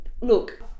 look